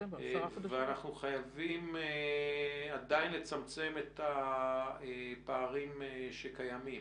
ואנחנו חייבים עדיין לצמצם את הפערים שקיימים.